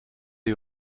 des